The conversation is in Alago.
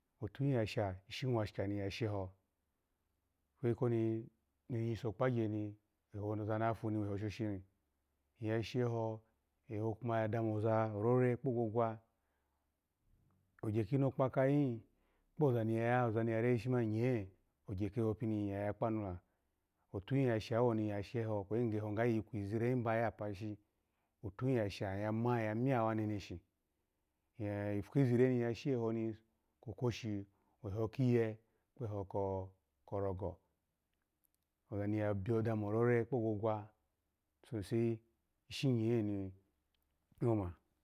Butu hi ya sha ishi mwashika ni ya sha eho, ikweyi koni nyiso okpagye ni eho oza na fu ni weho shoshi ni, nyasha eho, eho ya dami oza orore kpogwogula, ogye kinokpa kagihi kpoza ni ga, re ishi mani nye, ogye keho pini ni ya ya kpanula, otuhi ya sha, owoni nyasha eho, kwe gheho ga iyi kwizi re li ba yapashi otuhi ya sha, iya ma yamya wo neneshi, eipu kizire ni ya shi eho kwokwo shi, eho ki ye kpo eho korogo, oza ni ya dami, orore kpogwogwa, sose ishi nya niyo ma.